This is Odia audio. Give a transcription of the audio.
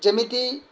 ଯେମିତି